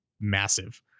massive